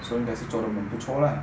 so 应该是做得蛮不错的啦